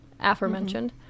aforementioned